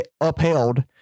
upheld